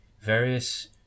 various